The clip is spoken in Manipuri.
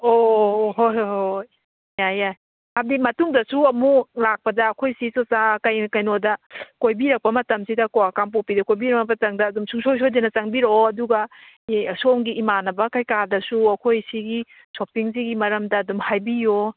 ꯑꯣ ꯍꯣꯏ ꯍꯣꯏ ꯍꯣꯏ ꯍꯣꯏ ꯌꯥꯔꯦ ꯌꯥꯔꯦ ꯍꯥꯏꯕꯗꯤ ꯃꯇꯨꯡꯗꯁꯨ ꯑꯃꯨꯛ ꯂꯥꯛꯄꯗ ꯑꯩꯈꯣꯏ ꯁꯤ ꯀꯩꯅꯣꯗ ꯀꯣꯏꯕꯤꯔꯛꯄ ꯃꯇꯝꯁꯤꯗꯀꯤ ꯀꯥꯡꯄꯣꯛꯄꯤꯗ ꯀꯣꯏꯕꯤꯔꯛꯄ ꯃꯇꯝꯗ ꯑꯗꯨꯝ ꯁꯨꯡꯁꯣꯏ ꯁꯣꯏꯗꯅ ꯆꯪꯕꯤꯔꯛꯑꯣ ꯑꯗꯨꯒ ꯁꯣꯝꯒꯤ ꯏꯃꯥꯟꯅꯕ ꯀꯩꯀꯥꯗꯁꯨ ꯑꯩꯈꯣꯏꯁꯤꯒꯤ ꯁꯤ ꯁꯣꯞꯄꯤꯡꯁꯤꯒꯤ ꯃꯔꯝꯗ ꯑꯗꯨꯝ ꯍꯥꯏꯕꯤꯌꯣ